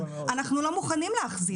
אנחנו לא מוכנים להחזיר.